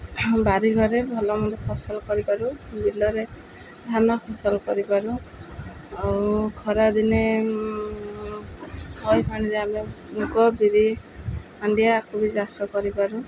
ବାରିଘରେ ଭଲମନ୍ଦ ଫସଲ କରିପାରୁ ବିଲରେ ଧାନ ଫସଲ କରିପାରୁ ଆଉ ଖରାଦିନେ ନଈ ପାଣିରେ ଆମେ ମୁଗ ବିରି ହଣ୍ଡିଆ କୋବି ଚାଷ କରିପାରୁ